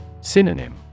Synonym